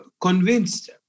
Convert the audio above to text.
convinced